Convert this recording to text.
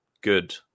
good